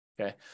Okay